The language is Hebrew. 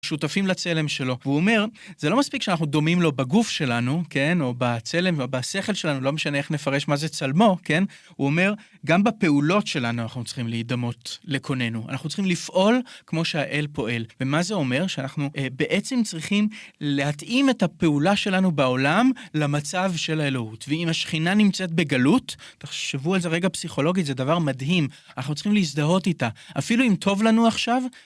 שותפים לצלם שלו. והוא אומר, זה לא מספיק שאנחנו דומים לו בגוף שלנו, כן? או בצלם, ובשכל שלנו, לא משנה איך נפרש מה זה צלמו, כן? הוא אומר, גם בפעולות שלנו אנחנו צריכים להידמות לקוננו. אנחנו צריכים לפעול כמו שהאל פועל. ומה זה אומר? שאנחנו בעצם צריכים להתאים את הפעולה שלנו בעולם למצב של האלוהות. ואם השכינה נמצאת בגלות, תחשבו על זה רגע פסיכולוגית, זה דבר מדהים. אנחנו צריכים להזדהות איתה. אפילו אם טוב לנו עכשיו..